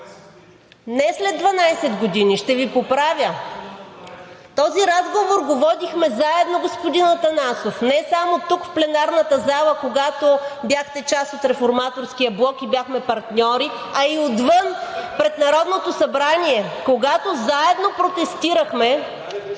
Не след 12 години, ще Ви поправя. Този разговор водихме заедно, господин Атанасов, не само тук в пленарната зала, когато бяхте част от Реформаторския блок и бяхме партньори, а и отвън пред Народното събрание, когато заедно протестирахме,